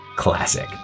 Classic